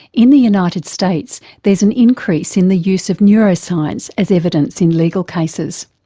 in the united states there's an increase in the use of neuroscience as evidence in legal cases.